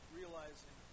realizing